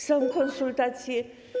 Są konsultacje.